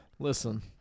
Listen